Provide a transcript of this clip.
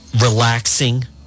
relaxing